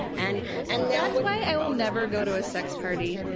and and that's why i will never go to a sex party.